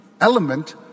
element